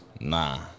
Nah